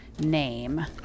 name